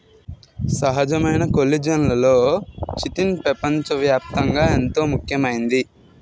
సహజమైన కొల్లిజన్లలో చిటిన్ పెపంచ వ్యాప్తంగా ఎంతో ముఖ్యమైంది